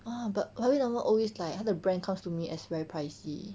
ah but harvey norman always like 它的 brand comes to me as very pricy